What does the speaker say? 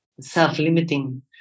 self-limiting